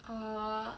err